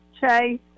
Chase